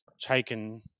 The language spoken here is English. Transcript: taken